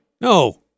No